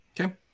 Okay